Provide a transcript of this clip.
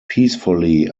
peacefully